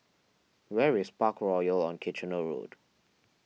where is Parkroyal on Kitchener Road